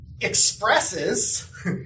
expresses